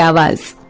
yeah was